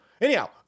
Anyhow